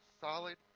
solid